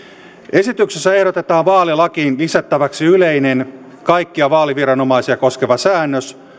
esityksessä ehdotetaan vaalilakiin lisättäväksi yleinen kaikkia vaaliviranomaisia koskeva säännös